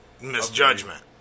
misjudgment